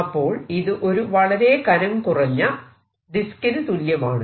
അപ്പോൾ ഇത് ഒരു വളരെ കനം കുറഞ്ഞ ഡിസ്ക്കിനു തുല്യമാണ്